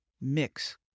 mix